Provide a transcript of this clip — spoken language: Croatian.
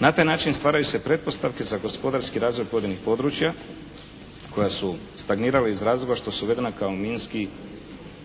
Na taj način stvaraju se pretpostavke za gospodarski razvoj pojedinih područja koja su stagnirala iz razloga što su uvedena kao minski sumnjiva